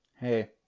hey